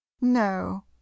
No